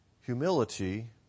Humility